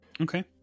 Okay